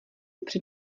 před